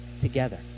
together